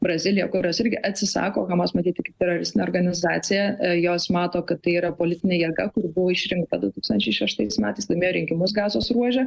brazilija kurios irgi atsisako hamas matyti kaip teroristinę organizaciją jos mato kad tai yra politinė jėga kuri buvo išrinkta du tūkstančiai šeštais metais laimėjo rinkimus gazos ruože